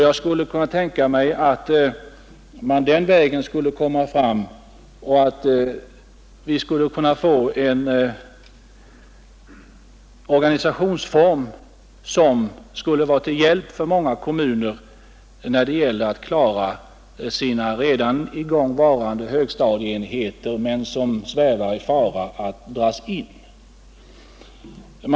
Jag skulle kunna tänka mig att man den vägen skulle komma fram till en organisationsform av undervisningen som skulle hjälpa många kommuner när det gäller att klara högstadieenheter som ännu är i gång, men som svävar i fara att dras in på grund av vikande elevunderlag.